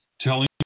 telling